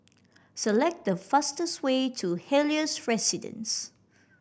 select the fastest way to Helios Residences